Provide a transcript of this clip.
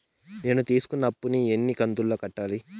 నేను తీసుకున్న అప్పు ను ఎన్ని కంతులలో కట్టాలి?